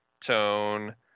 tone